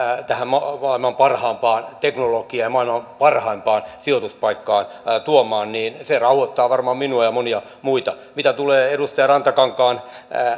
tähän maailman parhaimpaan teknologialtaan maailman parhaimpaan sijoituspaikkaan tuomaan se rauhoittaa varmaan minua ja monia muita mitä tulee edustaja rantakankaan